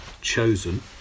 chosen